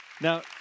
Now